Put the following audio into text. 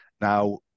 Now